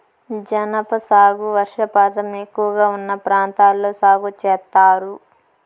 జనప సాగు వర్షపాతం ఎక్కువగా ఉన్న ప్రాంతాల్లో సాగు చేత్తారు